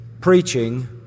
preaching